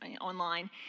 online